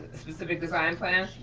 specific design plan,